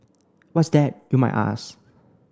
what's that you might ask